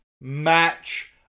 match